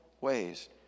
ways